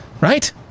right